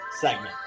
segment